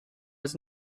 was